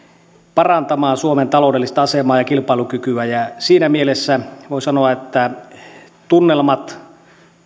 parantamaan suomen taloudellista asemaa ja ja kilpailukykyä siinä mielessä voi sanoa että tunnelmat